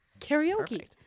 Karaoke